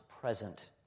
present